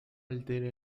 altera